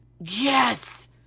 Yes